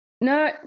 no